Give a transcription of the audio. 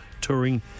touring